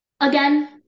Again